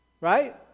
right